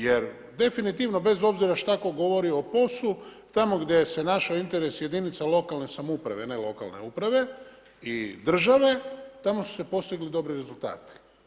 Jer definitivno bez obzira šta tko govori o POS-u tamo gdje se našao interes jedinica lokalne samouprave ne lokalne uprave i države tamo su se postigli dobri rezultati.